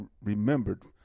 remembered